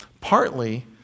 Partly